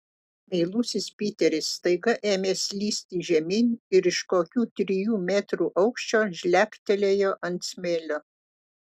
meilusis piteris staiga ėmė slysti žemyn ir iš kokių trijų metrų aukščio žlegtelėjo ant smėlio